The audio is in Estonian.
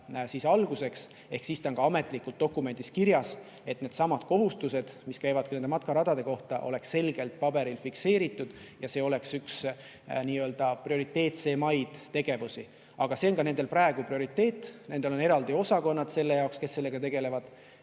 aasta alguseks. Ehk siis ta on ka ametlikult dokumendis kirjas, et needsamad kohustused, mis käivad nende matkaradade kohta, oleks selgelt paberil fikseeritud ja see oleks üks nii-öelda prioriteetseimaid tegevusi. Aga see on ka nendel praegu prioriteet, nendel on eraldi osakonnad selle jaoks, kes sellega tegelevad,